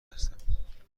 هستم